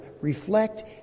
reflect